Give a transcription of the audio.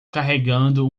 carregando